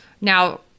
Now